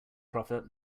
prophet